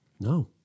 No